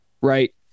right